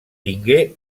tingué